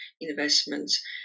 investments